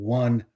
one